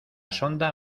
sonda